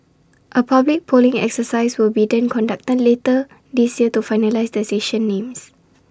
A public polling exercise will be then conducted later this year to finalise the station names